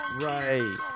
Right